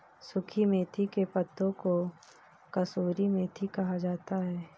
सुखी मेथी के पत्तों को कसूरी मेथी कहा जाता है